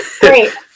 Great